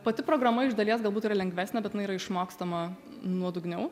pati programa iš dalies galbūt yra lengvesnė bet jinai yra išmokstama nuodugniau